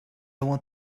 want